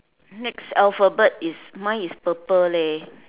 next alphabet is mine is purple leh